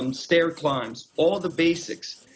um stair climbs, all the basics.